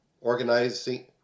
organizing